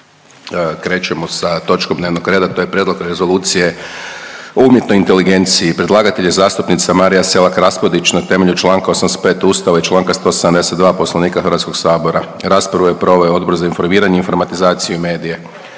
Krećemo sa točkom dnevno reda, to je: - Prijedlog rezolucije o umjetnoj inteligenciji Predlagatelj je zastupnica Marija Selak Raspudić na temelju čl. 85 Ustava RH i čl. 172 Poslovnika Hrvatskoga sabora. Raspravu su proveli Odbor za informiranje, informatizaciju i medije.